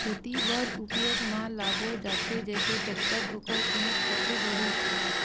खेती बर उपयोग मा लाबो जाथे जैसे टेक्टर ओकर कीमत कैसे होही